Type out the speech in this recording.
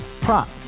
prop